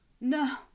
no